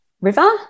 River